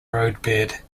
roadbed